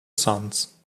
sons